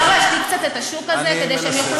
אפשר להשתיק קצת את השוּק הזה כדי שהם יוכלו גם להבין?